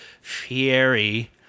fieri